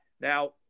now